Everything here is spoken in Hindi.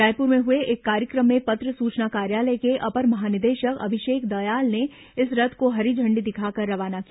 रायपुर में हुए एक कार्यक्रम में पत्र सूचना कार्यालय के अपर महानिदेशक अभिषेक दयाल ने इस रथ को हरी झण्डी दिखाकर रवाना किया